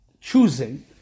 choosing